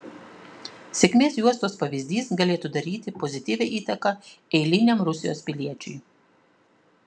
sėkmės juostos pavyzdys galėtų daryti pozityvią įtaką eiliniam rusijos piliečiui